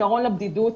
פתרון לבדידות,